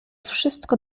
wszystko